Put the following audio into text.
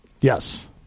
Yes